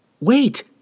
Wait